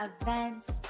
events